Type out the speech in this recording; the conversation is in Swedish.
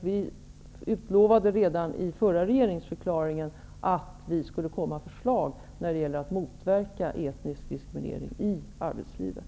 Vi utlovade redan i förra regeringsförklaringen att vi skulle komma med förslag för att motverka etnisk diskriminering i arbetslivet.